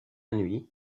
nuit